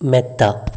മെത്ത